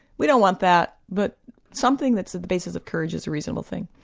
we don't want that but something that's at the basis of courage is a reasonable thing.